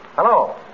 Hello